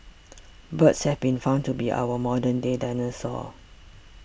birds have been found to be our modern day dinosaurs